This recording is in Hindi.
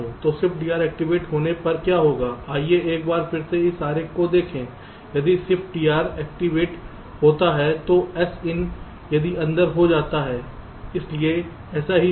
तो ShiftDR एक्टिवेट होने पर क्या होगा आइए एक बार फिर इस आरेख को देखें यदि ShiftDR एक्टिवेट होता है तो Sin यहीं अंदर हो जाता है इसलिए ऐसा ही होता है